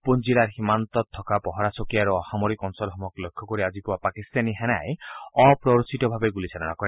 পুঞ্চ জিলাৰ সীমান্তত থকা পহৰা চকী আৰু আসমৰিক অঞ্চলসমূহক লক্ষ্য কৰি আজি পুৱা পাকিস্তানী সেনাই অপ্ৰৰোচিতভাৱে গুলীচালনা কৰে